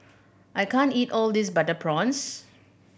I can't eat all of this butter prawns